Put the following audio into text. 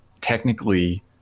technically